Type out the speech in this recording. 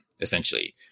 essentially